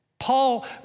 Paul